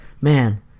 man